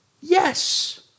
yes